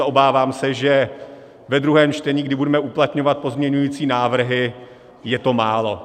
A obávám se, že ve druhém čtení, kdy budeme uplatňovat pozměňující návrhy, je to málo.